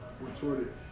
retorted